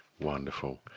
Wonderful